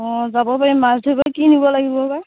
অ' যাব পাৰি মাছ ধৰিব কি নিব লাগিব বা